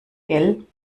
gell